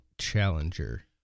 challenger